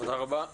תודה רבה.